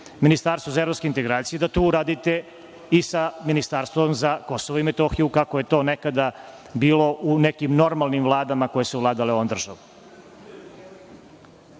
ministarstvo za evropske integracije, da to uradite i sa ministarstvom za Kosovo i Metohiju, kako je to nekada bilo u nekim normalnim vladama koje su vladale ovom državom. Sa